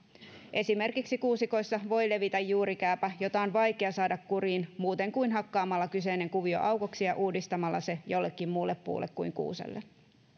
esimerkiksi kuusikoissa voi levitä juurikääpä jota on vaikea saada kuriin muuten kuin hakkaamalla kyseinen kuvio aukoksi ja uudistamalla se jollekin muulle puulle kuin kuuselle